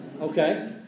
okay